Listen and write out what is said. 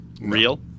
real